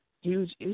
huge